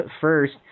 first